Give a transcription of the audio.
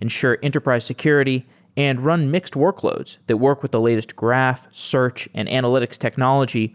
ensure enterprise security and run mixed workloads that work with the latest graph, search and analytics technology